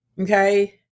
okay